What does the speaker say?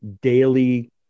daily